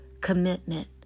commitment